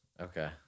Okay